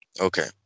Okay